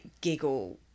giggle